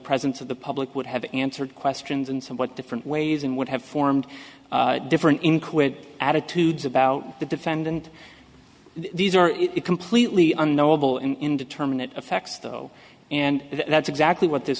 presence of the public would have answered questions in somewhat different ways and would have formed different in quick attitudes about the defendant these are completely unknowable in indeterminate effects though and that's exactly what this